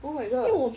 oh my god